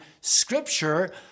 scripture